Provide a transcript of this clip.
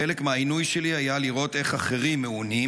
חלק מהעינוי שלי היה לראות איך אחרים מעונים,